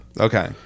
Okay